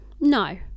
no